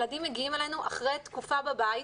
ילדים מגיעים אלינו אחרי תקופה בבית.